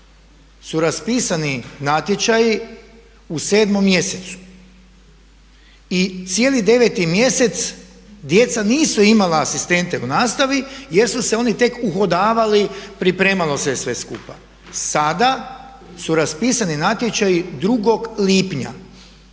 su raspisani natječaji u sedmom mjesecu i cijeli deveti mjesec djeca nisu imala asistente u nastavi jer su se oni tek uhodavali, pripremalo se je sve skupa. Sada su raspisani natječaji drugog lipnja